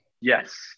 Yes